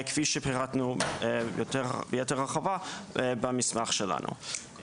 כפי שפירטנו ביתר הרחבה במסמך שלנו.